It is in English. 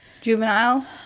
juvenile